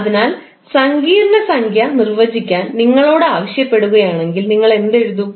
അതിനാൽസങ്കീർണ്ണ സംഖ്യ നിർവചിക്കാൻ നിങ്ങളോട് ആവശ്യപ്പെടുകയാണെങ്കിൽ നിങ്ങൾ എന്ത് എഴുതും